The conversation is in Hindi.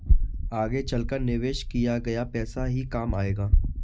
आगे चलकर निवेश किया गया पैसा ही काम आएगा